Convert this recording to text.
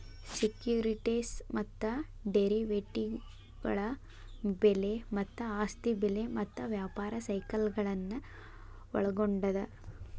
securities ಮತ್ತ ಡೆರಿವೇಟಿವ್ಗಳ ಬೆಲೆ ಮತ್ತ ಆಸ್ತಿ ಬೆಲೆ ಮತ್ತ ವ್ಯಾಪಾರ ಸೈಕಲ್ಗಳನ್ನ ಒಳ್ಗೊಂಡದ